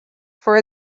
for